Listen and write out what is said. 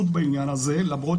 ולו זמני,